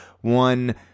one